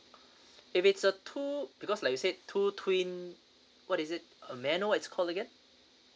if it's a two because like you said two twin what is it uh may I know it's called again